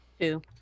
Two